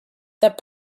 that